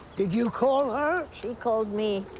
did you call her? she called me.